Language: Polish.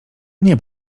nie